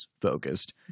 focused